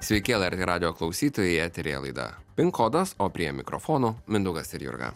sveiki lrt radijo klausytojai eteryje laida pin kodas o prie mikrofono mindaugas ir jurga